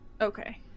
Okay